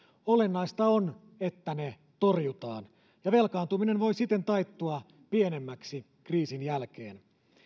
olennaista on että ne torjutaan ja velkaantuminen voi siten taittua pienemmäksi kriisin jälkeen